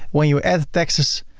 when you add taxes,